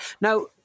Now